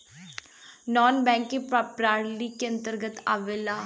नानॅ banking प्रणाली के अंतर्गत आवेला